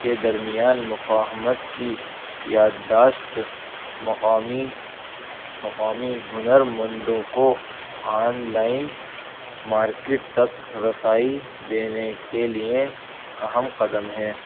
کے درمیان مفاہمت کی یادداشت مقامی مقامی ہنر مندوں کو آنلائن مارکیٹ تک رسائی دینے کے لیے اہم قدم ہے